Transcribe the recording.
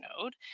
node